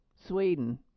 Sweden